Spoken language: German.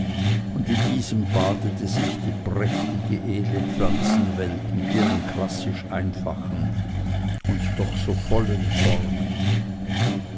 und in diesem badete sich die prächtige edle pflanzenwelt mit ihren klassisch einfachen und doch so vollen formen